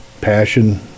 passion